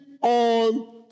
on